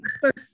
first